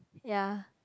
ya